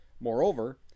Moreover